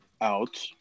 out